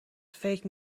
فکر